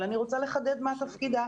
אבל אני רוצה לחדד מהו תפקידה.